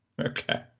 Okay